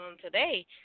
today